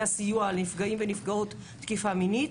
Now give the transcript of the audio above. הסיוע לנפגעים ולנפגעות תקיפה מינית,